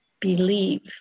Believe